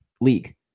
league